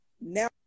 Now